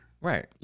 Right